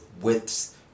widths